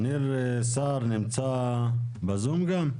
ניר סהר נמצא בזום גם?